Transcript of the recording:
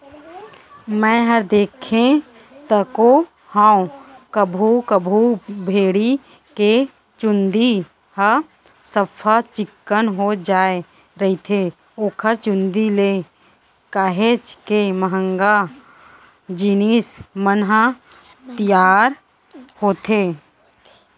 मैंहर देखें तको हंव कभू कभू भेड़ी के चंूदी ह सफ्फा चिक्कन हो जाय रहिथे ओखर चुंदी ले काहेच के महंगा जिनिस मन ह तियार होथे